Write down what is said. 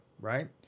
Right